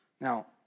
Now